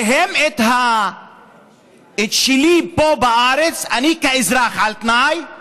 שהם, את שלי פה, בארץ, אני כאזרח על תנאי,